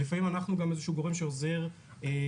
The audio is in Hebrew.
לפעמים אנחנו גם איזשהו גורם שעוזר "להחליק"